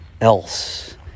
else